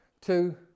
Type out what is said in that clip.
two